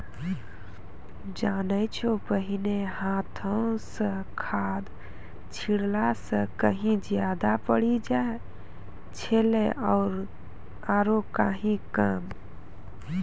जानै छौ पहिने हाथों स खाद छिड़ला स कहीं ज्यादा पड़ी जाय छेलै आरो कहीं कम